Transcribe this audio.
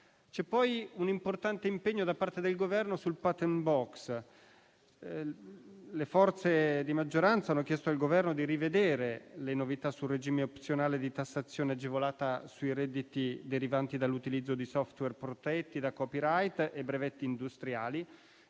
C'è poi un importante impegno da parte del Governo sul *patent box*: le forze di maggioranza hanno chiesto al Governo di rivedere le novità sul regime opzionale di tassazione agevolata sui redditi derivanti dall'utilizzo di *software* protetti da *copyright* e brevetti industriali,